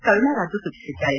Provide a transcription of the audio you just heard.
ಕರುಣಾ ರಾಜು ಸೂಚಿಸಿದ್ದಾರೆ